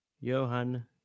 johan